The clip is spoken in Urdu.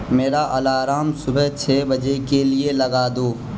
میرا الارم صبح چھ بجے کے لیے لگا دو